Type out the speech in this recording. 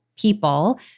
people